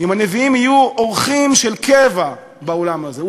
אם הנביאים יהיו אורחים של קבע באולם הזה,